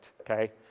okay